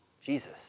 Jesus